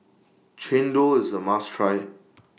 Chendol IS A must Try